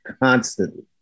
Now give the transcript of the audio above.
constantly